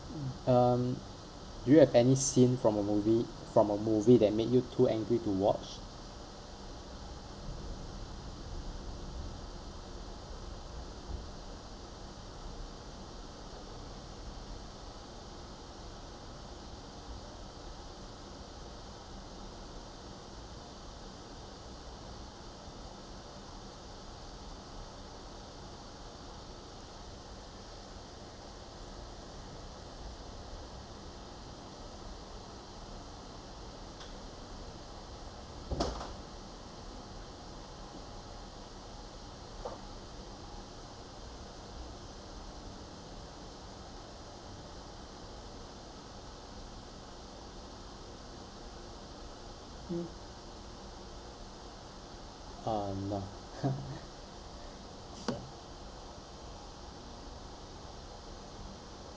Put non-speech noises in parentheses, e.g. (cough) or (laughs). um do you have any scene from a movie from a movie that made you too angry to watch um (laughs)